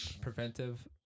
Preventive